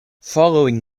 following